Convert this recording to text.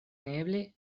neeble